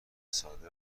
ساده